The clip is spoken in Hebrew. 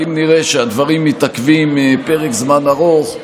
אבל אם נראה שהדברים מתעכבים פרק זמן ארוך,